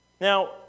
Now